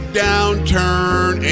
downturn